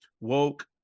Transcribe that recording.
woke